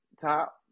Top